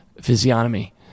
physiognomy